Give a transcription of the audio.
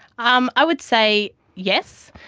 um i would say yes.